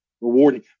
rewarding